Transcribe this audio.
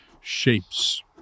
shapes